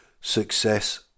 success